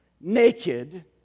naked